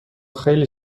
خیلی